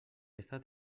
està